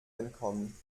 entkommen